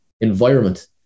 environment